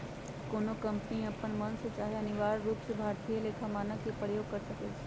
कोनो कंपनी अप्पन मन से चाहे अनिवार्य रूप से भारतीय लेखा मानक के प्रयोग कर सकइ छै